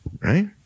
Right